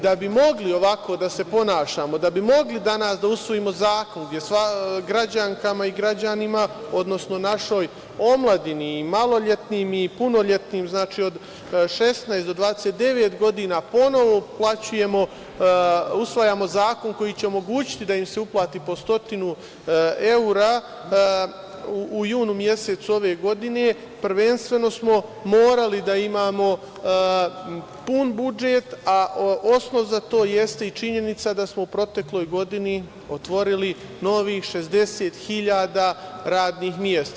Da bi mogli ovako da se ponašamo, da bi mogli danas da usvojimo zakon gde građankama i građanima, odnosno našoj omladini i maloletnim i punoletnim, znači od 16 do 29 godina, ponovo usvajamo zakon koji će omogućiti da im se uplati po 100 evra u junu mesecu ove godine, prvenstveno smo morali da imamo pun budžet, a osnov za to jeste i činjenica da smo u protekloj godini otvorili novih 60 hiljada radnih mesta.